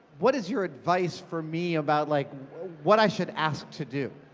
what is your advice for me about like what i should ask to do?